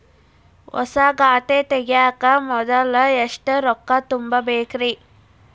ಹೊಸಾ ಖಾತೆ ತಗ್ಯಾಕ ಮೊದ್ಲ ಎಷ್ಟ ರೊಕ್ಕಾ ತುಂಬೇಕ್ರಿ?